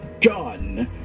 gun